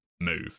move